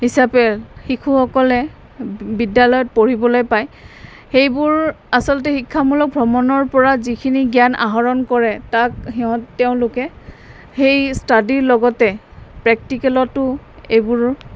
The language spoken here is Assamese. হিচাপে শিশুসকলে বিদ্যালয়ত পঢ়িবলৈ পায় সেইবোৰ আচলতে শিক্ষামূলক ভ্ৰমণৰপৰা যিখিনি জ্ঞান আহৰণ কৰে তাক সিহঁত তেওঁলোকে সেই ষ্টাডীৰ লগতে প্ৰেক্টিকেলতো এইবোৰ